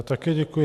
Také děkuji.